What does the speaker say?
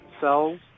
cells